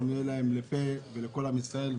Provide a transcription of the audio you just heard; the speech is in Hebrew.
אנחנו נהיה להם לפה ולכל עם ישראל.